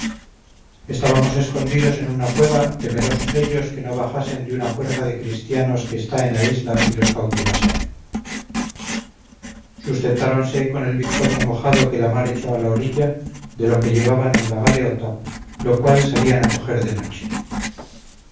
estábamos escondidos en una cueva temerosos ellos que no bajasen de una fuerza de cristianos que está en la isla y los cautivasen sustentáronse con el bizcocho mojado que la mar echó a la orilla de lo que llevaban en la galeota lo cual salían a coger de noche